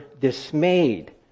dismayed